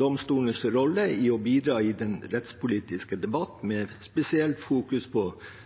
domstolens rolle i å bidra i den rettspolitiske debatten med spesielt fokus på